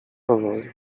powoli